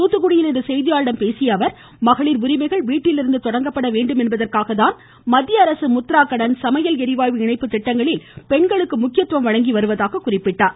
தாத்துக்குடியில் இன்று செய்தியாளர்களிடம் பேசிய அவர் மகளிர் உரிமைகள் வீட்டிலிருந்து தொடங்க வேண்டும் என்பதற்காகத்தான் மத்திய அரசு முத்ரா கடன் சமையல் ளிவாயு இணைப்பு திட்டங்களில் பெண்களுக்கு முக்கியத்துவம் வழங்கி இருப்பதாக குறிப்பிட்டார்